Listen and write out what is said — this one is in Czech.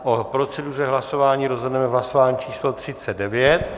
O proceduře hlasování rozhodneme v hlasování číslo 39.